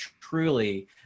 truly